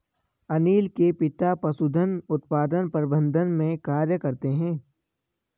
अनील के पिता पशुधन उत्पादन प्रबंधन में कार्य करते है